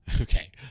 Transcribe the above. Okay